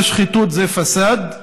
המילה "שחיתות" זה "פַסאד"